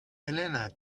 helena